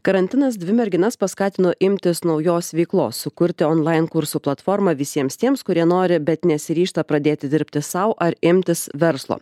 karantinas dvi merginas paskatino imtis naujos veiklos sukurti onlain kursų platformą visiems tiems kurie nori bet nesiryžta pradėti dirbti sau ar imtis verslo